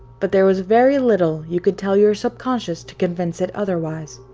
but there was very little you could tell your subconscious to convince it otherwise.